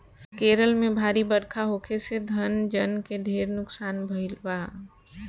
केरल में भारी बरखा होखे से धन जन के ढेर नुकसान भईल बा